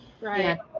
right